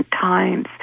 times